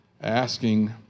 asking